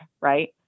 right